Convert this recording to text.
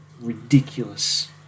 ridiculous